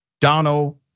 Donald